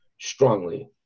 strongly